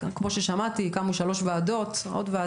כי כמו ששמענו כאן היום הקמנו כבר שלוש ועדות בנושא,